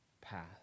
path